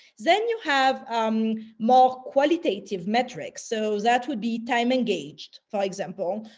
then you have um more qualitative metrics. so that would be time engaged, for example.